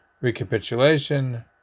recapitulation